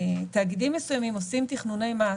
שכשתאגידים מסוימים עושים תכנוני מס,